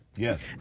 Yes